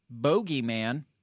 bogeyman